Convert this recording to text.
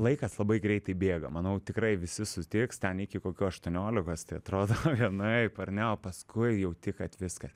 laikas labai greitai bėga manau tikrai visi sutiks ten iki kokių aštuoniolikos tai atrodo vienaip ar ne o paskui jauti kad viskas